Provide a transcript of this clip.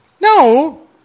No